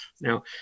Now